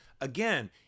Again